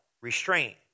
Restraint